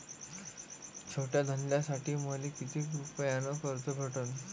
छोट्या धंद्यासाठी मले कितीक रुपयानं कर्ज भेटन?